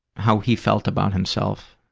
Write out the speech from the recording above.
how he felt about himself?